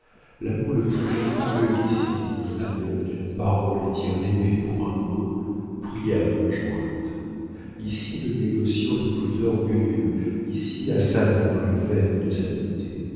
le plus fougueux qui s'irrite ailleurs d'une parole et tire l'épée pour un mot prie à mains jointes ici le négociant le plus orgueilleux ici la femme la plus vaine de sa beauté